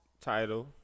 title